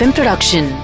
Production